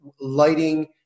lighting